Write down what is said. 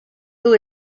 who